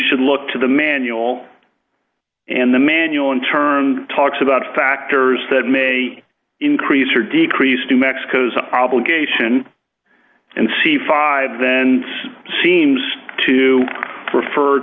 should look to the manual and the manual in turn talks about factors that may increase or decrease to mexico's obligation and c five then seems to refer